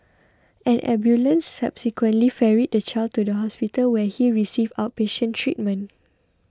an ambulance subsequently ferried the child to hospital where he received outpatient treatment